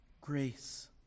grace